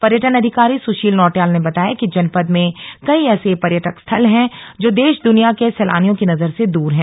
पर्यटन अधिकारी सुशील नौटियाल ने बताया कि जनपद में कई ऐसे पर्यटक स्थल हैं जो देश दुनिया के सैलानियों की नजर से दूर हैं